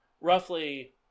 roughly